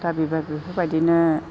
दा बेबा बेफोरबायदिनो